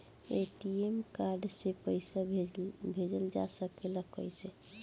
ATM card से पइसा भेजल जा सकेला कइसे?